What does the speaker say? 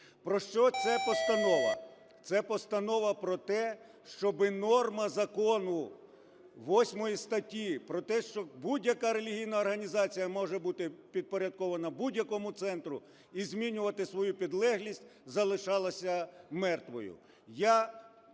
Про що ця постанова? Це постанова про те, щоб норма закону, 8 статті, про те, що будь-яка релігійна організація може бути підпорядкована будь-якому центру і змінювати свою підлеглість, залишалася мертвою.